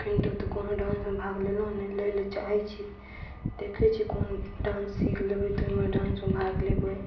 अखन तक तऽ कोनो डान्समे भाग लेलहुॅं नहि लै लए चाहै छी देखै छी कोन डान्स सीख लेबै तऽ ओहिमे डान्समे भाग लेबै